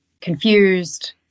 confused